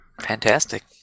Fantastic